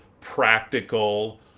practical